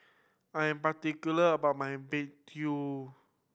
I am particular about my begedil